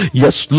yes